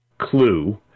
Clue